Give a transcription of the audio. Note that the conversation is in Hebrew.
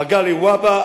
מגלי והבה,